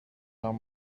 not